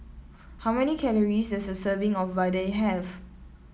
how many calories does a serving of vadai have